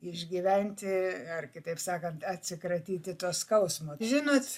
išgyventi ar kitaip sakant atsikratyti to skausmo žinot